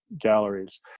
galleries